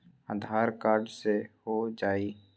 आधार card से हो जाइ?